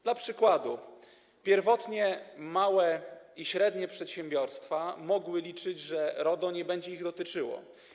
Dla przykładu, pierwotnie małe i średnie przedsiębiorstwa mogły liczyć, że RODO nie będzie ich dotyczyło.